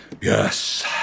yes